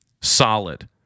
solid